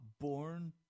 born